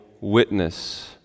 witness